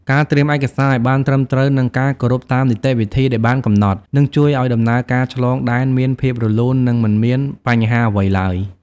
ការត្រៀមឯកសារឱ្យបានត្រឹមត្រូវនិងការគោរពតាមនីតិវិធីដែលបានកំណត់នឹងជួយឱ្យដំណើរការឆ្លងដែនមានភាពរលូននិងមិនមានបញ្ហាអ្វីឡើយ។